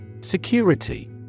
Security